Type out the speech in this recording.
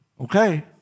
okay